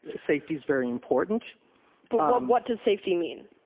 safety's very important. but what does safety mean?